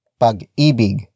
pag-ibig